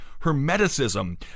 Hermeticism